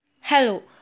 Hello